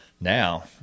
now